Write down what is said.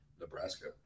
Nebraska